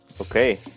okay